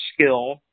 skill